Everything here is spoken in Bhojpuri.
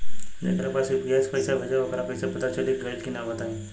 जेकरा पास यू.पी.आई से पईसा भेजब वोकरा कईसे पता चली कि गइल की ना बताई?